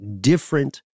different